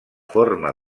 forma